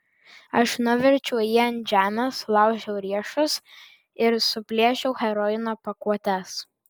aš nuverčiau jį ant žemės sulaužiau riešus ir suplėšiau heroino pakuotes